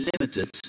limited